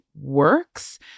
works